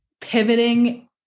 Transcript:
pivoting